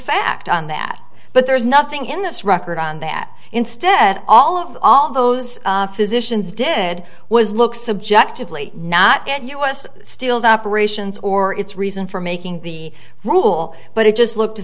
fact on that but there's nothing in this record on that instead all of all those physicians did was look subjectively not at us steel's operations or its reason for making the rule but it just looked to